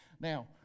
Now